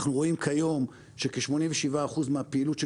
אנחנו רואים כיום שכ-87% מהפעילות של